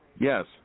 Yes